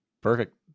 Perfect